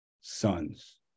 sons